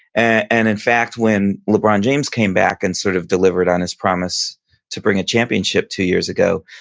and in fact, when lebron james came back and sort of delivered on his promise to bring a championship two years ago,